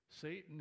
Satan